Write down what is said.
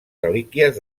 relíquies